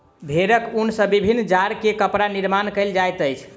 भेड़क ऊन सॅ विभिन्न जाड़ के कपड़ा निर्माण कयल जाइत अछि